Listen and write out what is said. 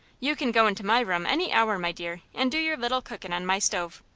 you can go into my room any hour, my dear, and do your little cookin' on my stove.